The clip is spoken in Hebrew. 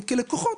וכלקוחות